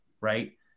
right